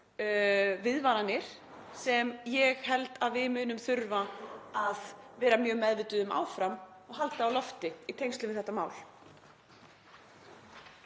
viðvaranir sem ég held að við munum þurfa að vera mjög meðvituð um áfram og halda á lofti í tengslum við þetta mál.